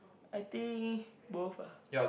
I think both ah